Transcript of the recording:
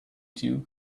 two